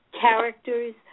characters